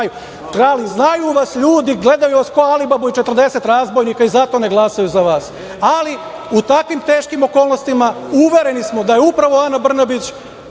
krali. Znaju vas ljudi, gledaju vas kao Alibabu i 40 razbojnika i zato ne glasaju za vas. Ali, u takvim teškim okolnostima uvereni smo da je upravo Ana Brnabić